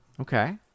okay